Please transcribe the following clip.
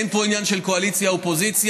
אין פה עניין של קואליציה אופוזיציה,